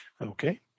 Okay